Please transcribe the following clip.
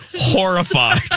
horrified